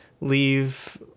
Leave